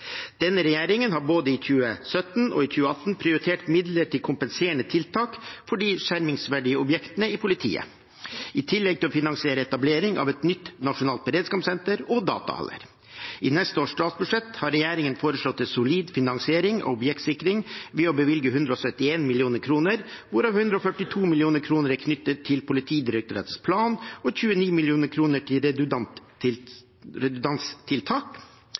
Denne regjeringen har både i 2017 og i 2018 prioritert midler til kompenserende tiltak for de skjermingsverdige objektene i politiet, i tillegg til å finansiere etablering av et nytt nasjonalt beredskapssenter og datahaller. I neste års statsbudsjett har regjeringen foreslått en solid finansiering av objektsikring ved å bevilge 171 mill. kr, hvorav 142 mill. kr er knyttet til Politidirektoratets plan og 29 mill. kr til redundanstiltak.